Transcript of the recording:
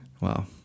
Wow